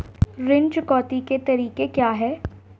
ऋण चुकौती के तरीके क्या हैं?